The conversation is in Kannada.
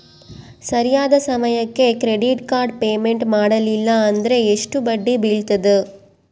ಸರಿಯಾದ ಸಮಯಕ್ಕೆ ಕ್ರೆಡಿಟ್ ಕಾರ್ಡ್ ಪೇಮೆಂಟ್ ಮಾಡಲಿಲ್ಲ ಅಂದ್ರೆ ಎಷ್ಟು ಬಡ್ಡಿ ಬೇಳ್ತದ?